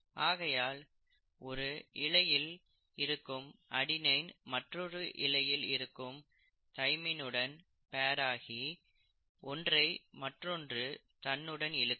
ஆகையால் ஒரு இழையில் இருக்கும் அடெனின் மற்றொரு இழையில் இருக்கும் தைமைனுடன் பேர் ஆகி ஒன்றை மற்றொன்று தன்னுடன் இழுக்கும்